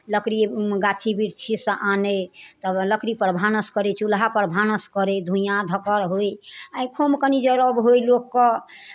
लकड़ी गाछी बिरछीसँ आनय तब लकड़ीपर भानस करय चूल्हापर भानस करय धुइआँ धकर होय आँखिओमे कनि जड़भ होय लोककेँ